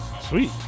Sweet